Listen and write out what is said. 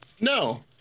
No